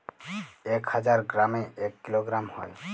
এক হাজার গ্রামে এক কিলোগ্রাম হয়